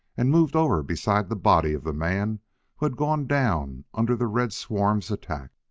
and moved over beside the body of the man who had gone down under the red swarm's attack.